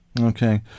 Okay